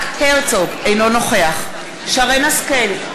אינו נוכח שרן השכל,